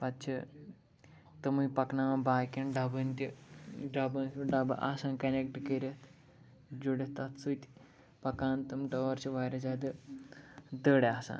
پَتہٕ چھِ تِمَے پَکناوان باقیَن ڈَبَن تہِ ڈَبَن پٮ۪ٹھ ڈَبہٕ آسان کَنیٚکٹہٕ کٔرِتھ جُڑِتھ تَتھ سۭتۍ پَکان تِم ٹٲر چھِ واریاہ زیادٕ دٔرۍ آسان